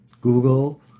Google